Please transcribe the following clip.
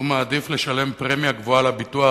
והוא מעדיף לשלם פרמיה גבוהה לביטוח